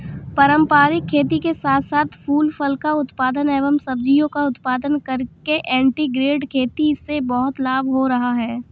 पारंपरिक खेती के साथ साथ फूल फल का उत्पादन एवं सब्जियों का उत्पादन करके इंटीग्रेटेड खेती से बहुत लाभ हो रहा है